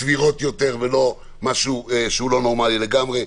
סבירות יותר ולא משהו שהוא לא נורמלי לגמרי,